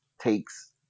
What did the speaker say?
takes